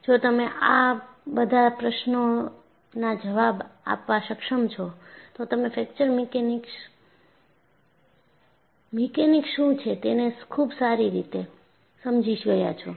જો તમે આ બધા પ્રશ્નોના જવાબ આપવા સક્ષમ છો તો તમે ફ્રેક્ચર મિકેનિક્સfracture મિકેનિક્સ શું છે તેને ખુબ સારી રીતે સમજી ગયા છો